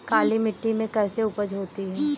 काली मिट्टी में कैसी उपज होती है?